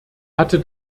hatte